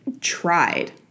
tried